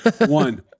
one